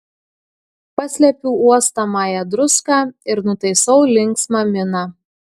paslepiu uostomąją druską ir nutaisau linksmą miną